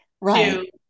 Right